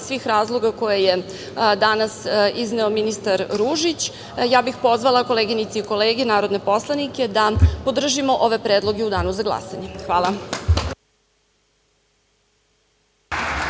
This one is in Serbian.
svih razloga koje je danas izneo ministar Ružić, ja bih pozvala koleginice i kolege narodne poslanike da podržimo ove predloge u danu za glasanje. **Ivica